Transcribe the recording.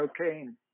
cocaine